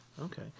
Okay